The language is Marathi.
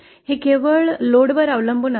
हे केवळ भारांवर अवलंबून असते